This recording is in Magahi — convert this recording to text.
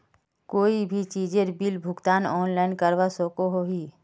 कोई भी चीजेर बिल भुगतान ऑनलाइन करवा सकोहो ही?